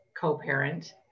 co-parent